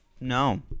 No